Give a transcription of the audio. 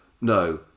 no